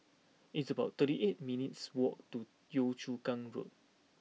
it's about thirty eight minutes walk to Yio Chu Kang Road